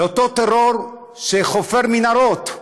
לאותו טרור שחופר מנהרות,